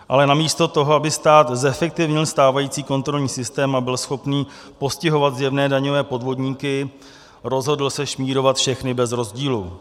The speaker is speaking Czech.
Ale namísto toho, aby stát zefektivnil stávající kontrolní systém a byl schopný postihovat zjevné daňové podvodníky, rozhodl se šmírovat všechny bez rozdílu.